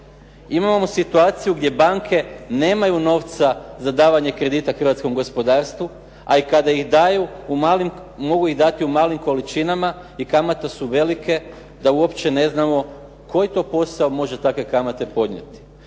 Imamo situaciju gdje banke nemaju novca za davanje kredita hrvatskom gospodarstvu a i kada ih daju mogu ih dati u malim količinama i kamate su velike da uopće ne znamo koji to posao može takve kamate podnijeti.